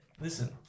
Listen